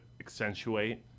accentuate